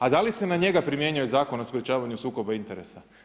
A da li se na njega primjenjuje Zakon o sprečavanju sukoba interesa?